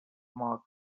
mark